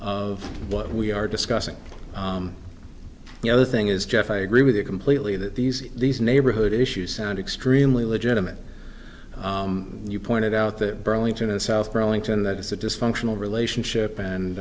of what we are discussing the other thing is jeff i agree with you completely that these these neighborhood issues sound extremely legitimate you pointed out the burlington and south burlington that it's a dysfunctional relationship and